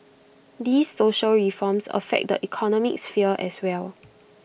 these social reforms affect the economic sphere as well